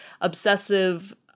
obsessive